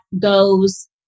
goes